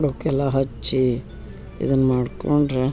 ಅವಕ್ಕೆಲ್ಲ ಹಚ್ಚಿ ಇದನ್ನು ಮಾಡಿಕೊಂಡ್ರೆ